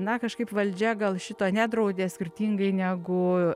na kažkaip valdžia gal šito nedraudė skirtingai negu